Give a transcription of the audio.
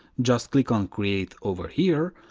just click on create over here,